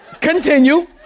Continue